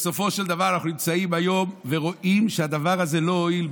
בסופו של דבר אנחנו נמצאים היום ורואים שהדבר הזה לא הועיל,